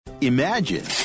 Imagine